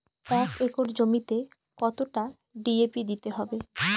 এক একর জমিতে কতটা ডি.এ.পি দিতে হবে?